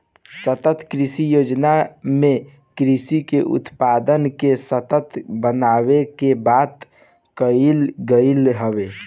सतत कृषि योजना में कृषि के उत्पादन के सतत बनावे के बात कईल गईल हवे